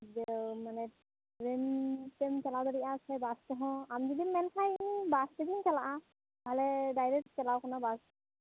ᱤᱭᱟ ᱢᱟᱱᱮ ᱴᱨᱮᱱ ᱛᱮᱢ ᱪᱟᱞᱟᱣ ᱫᱟᱲᱮᱭᱟᱜᱼᱟ ᱥᱮ ᱵᱟᱥ ᱛᱮᱦᱚ ᱟᱢ ᱡᱩᱫᱤᱢ ᱢᱮᱱ ᱠᱷᱟᱡ ᱤᱧ ᱵᱟᱥ ᱛᱮᱜᱮᱧ ᱪᱟᱞᱟᱜᱼᱟ ᱛᱟᱦᱮᱞᱮ ᱰᱟᱭᱨᱮᱴ ᱪᱟᱞᱟᱣ ᱠᱟᱱᱟ ᱵᱟᱥ